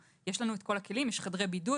יש לנו את כל הכלים יש חדרי בידוד,